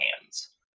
hands